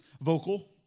vocal